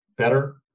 Better